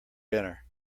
dinner